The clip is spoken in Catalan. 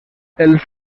els